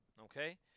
Okay